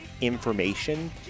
information